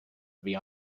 vía